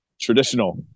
traditional